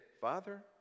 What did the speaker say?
Father